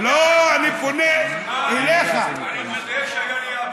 אה, אני מודה שהיה לי אבא.